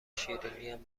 شیرینیم